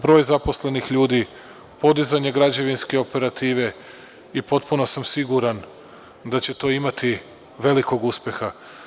Broj zaposlenih ljudi podizanje građevinske operative i potpuno sam siguran da će to imati velikog uspeha.